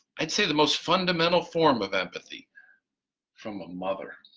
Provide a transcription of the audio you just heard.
i'd say the most fundamental form of empathy from a mother.